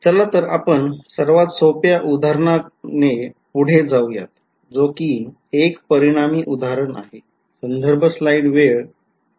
चला तर आपण सर्वात सोप्या उदाहरणाने पुढे जाऊयात जो कि एक परिमाणी उदाहरण आहे